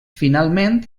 finalment